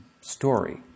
story